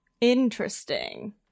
interesting